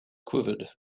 quivered